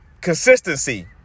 consistency